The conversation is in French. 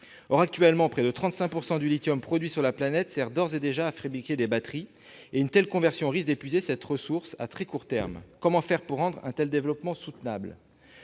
Or, actuellement, près de 35 % du lithium produit sur la planète sert d'ores et déjà à fabriquer des batteries et une telle conversion risque d'épuiser cette ressource à très court terme. Comment faire pour rendre un tel développement soutenable ?